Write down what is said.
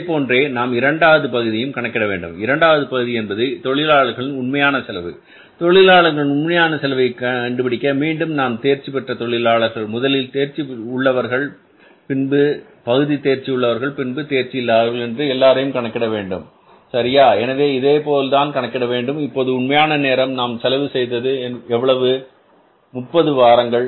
இதைப்போன்றே நாம் இரண்டாவது பகுதியையும் கணக்கிட வேண்டும் இரண்டாவது பகுதி என்பது தொழிலாளர்களின் உண்மையான செலவு தொழிலாளர்களின் உண்மையான செலவு கண்டுபிடிக்க மீண்டும் நாம் தேர்ச்சி உள்ள தொழிலாளர்கள் முதலில் தேர்ச்சி உள்ளவர்கள் பின்னர் பகுதி தேர்ச்சி உள்ளவர்கள் பின்னர் தேர்ச்சி இல்லாதவர்கள் என்று எல்லோருக்கும் கணக்கிட வேண்டும் சரியா எனவே இதேபோல்தான் கணக்கிட வேண்டும் இப்போது உண்மையான நேரம் நாம் செலவு செய்தது எவ்வளவு 30 வாரங்கள்